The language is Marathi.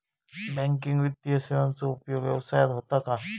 बँकिंग वित्तीय सेवाचो उपयोग व्यवसायात होता काय?